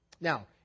now